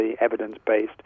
evidence-based